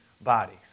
bodies